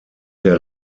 der